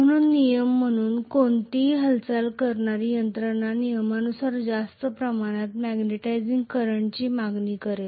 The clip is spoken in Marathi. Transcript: म्हणून नियम म्हणून कोणतीही हालचाल करणारी यंत्रणा नियमानुसार जास्त प्रमाणात मॅग्नेटिझिंग करंटची मागणी करेल